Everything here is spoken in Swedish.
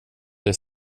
det